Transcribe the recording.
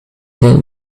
that